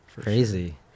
crazy